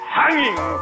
hanging